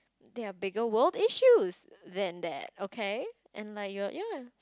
there are bigger world issues than that okay and like you're ya